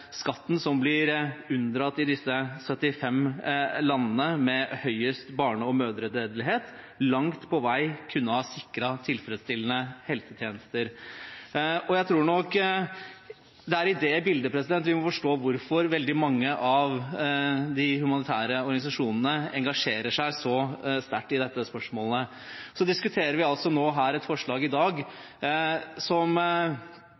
skatten som blir unndratt i disse 75 landene med høyest barne- og mødredødelighet, langt på vei kunne ha sikret tilfredsstillende helsetjenester. Jeg tror nok det er i dette bildet vi må forstå hvorfor veldig mange av de humanitære organisasjonene engasjerer seg så sterkt i dette spørsmålet. Vi diskuterer i dag et forslag som